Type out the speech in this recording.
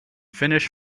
finnish